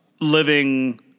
living